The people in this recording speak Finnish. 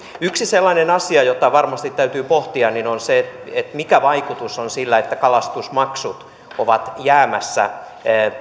yksi sellainen asia jota varmasti täytyy pohtia on se se mikä vaikutus on sillä että kalastusmaksut ovat jäämässä